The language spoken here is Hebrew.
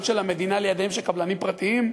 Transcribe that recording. של המדינה לידיהם של קבלנים פרטיים?